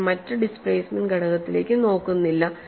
നിങ്ങൾ മറ്റ് ഡിസ്പ്ലേസ്മെൻറ് ഘടകത്തിലേക്ക് നോക്കുന്നില്ല